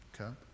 Okay